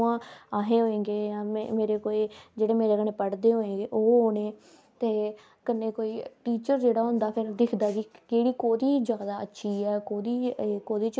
पढ़ा लिखा होऐ ओह् पढ़ी लै जां कोई अग्गै सनाई ओड़ै उंहेगी कि हां भाई ऐ न्यूज़ ऐ जो बो इया लोके गी पता चली जंदा ऐ ज्यादातर लोक टीबी च गै सुनदे ना नयूज़ा